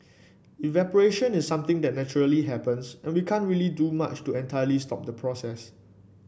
evaporation is something that naturally happens and we can't really do much to entirely stop the process